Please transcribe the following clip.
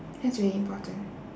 that's really important